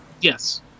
Yes